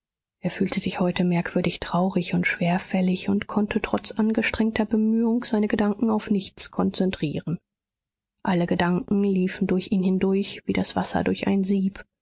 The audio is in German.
er fühlte sich heute merkwürdig traurig und schwerfällig und konnte trotz angestrengter bemühung seine gedanken auf nichts konzentrieren alle gedanken liefen durch ihn hindurch wie das wasser durch ein sieb